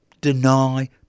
deny